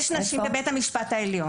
יש חמש נשים בבית המשפט העליון.